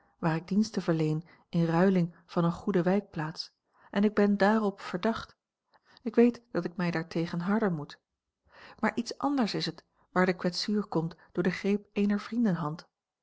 waar ik diensten verleen in ruiling van eene goede wijkplaats en ik ben daarop verdacht ik weet dat ik mij daartegen harden moet maar iets a l g bosboom-toussaint langs een omweg anders is het waar de kwetsuur komt door de greep